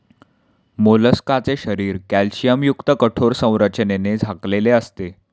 मोलस्काचे शरीर कॅल्शियमयुक्त कठोर संरचनेने झाकलेले असते